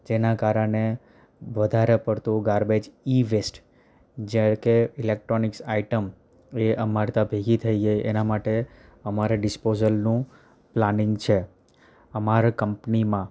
જેના કારણે વધારે પડતું ગાર્બેજ ઇવેસ્ટ જેમકે ઇલેકટ્રોનિકસ આઈટમ એ અમારે ત્યાં ભેગી થઈ ગઈ એના માટે અમારે ડિસ્પોજલનું પ્લાનિંગ છે અમારે કંપનીમાં